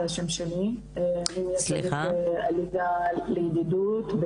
מ'הליגה לידידות',